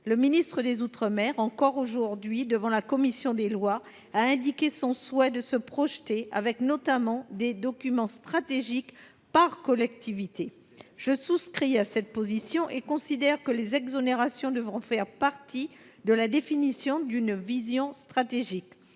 à la concurrence. Encore aujourd’hui, devant la commission des lois, le ministre des outre mer a indiqué son souhait de se projeter, avec notamment des documents stratégiques par collectivité. Je souscris à cette position et considère que les exonérations devront faire partie de la définition d’une vision stratégique.